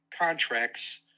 contract's